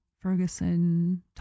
Ferguson